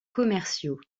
commerciaux